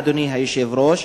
אדוני היושב-ראש,